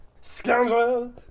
scoundrel